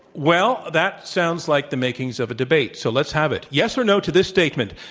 well, that sounds like the makings of a debate. so, let's have it. yes or no to this statement,